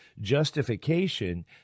Justification